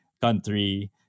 country